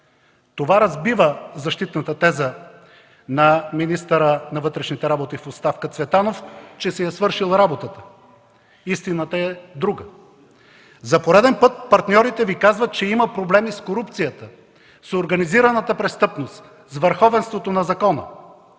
Това разбива защитната теза на министъра на вътрешните работи в оставка Цветанов, че си е свършил работата. Истината е друга. За пореден път партньорите Ви казват, че има проблеми с корупцията, с организираната престъпност, с върховенството на закона.